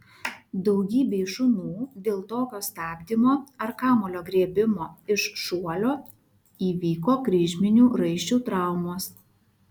daugybei šunų dėl tokio stabdymo ar kamuolio griebimo iš šuolio įvyko kryžminių raiščių traumos